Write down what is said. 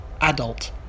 adult